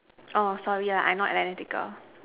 orh sorry lah I not analytical